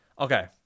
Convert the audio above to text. Okay